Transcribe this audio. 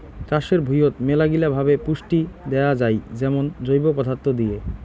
চাষের ভুঁইয়ত মেলাগিলা ভাবে পুষ্টি দেয়া যাই যেমন জৈব পদার্থ দিয়ে